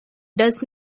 does